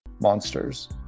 monsters